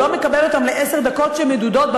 הוא לא מקבל אותם לעשר דקות מדודות,